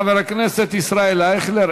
חבר הכנסת ישראל אייכלר,